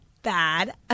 Bad